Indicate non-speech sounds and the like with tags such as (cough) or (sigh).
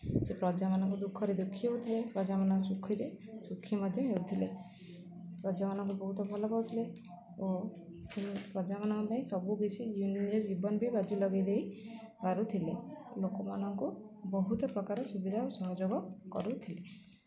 ସେ ପ୍ରଜାମାନଙ୍କୁ ଦୁଃଖରେ ଦୁଃଖୀ ହଉଥିଲେ ପ୍ରଜାମାନଙ୍କ ସୁଖୀରେ ସୁୁଖୀ ମଧ୍ୟ ହେଉଥିଲେ ପ୍ରଜାମାନଙ୍କୁ ବହୁତ ଭଲ ପାଉଥିଲେ ଓ ପ୍ରଜାମାନଙ୍କ ପାଇଁ ସବୁକିଛି (unintelligible) ନିଜ ଜୀବନ ବି ବାଜି ଲଗାଇ ଦେଇ ପାରୁଥିଲେ ଲୋକମାନଙ୍କୁ ବହୁତ ପ୍ରକାର ସୁବିଧା ଓ ସହଯୋଗ କରୁଥିଲେ